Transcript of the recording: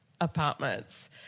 apartments